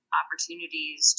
opportunities